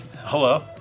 Hello